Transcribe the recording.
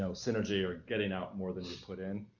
so synergy, or getting out more than you put in.